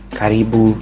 karibu